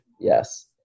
Yes